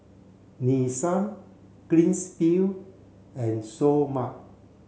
Nissan Greens field and Seoul Mart